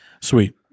Sweet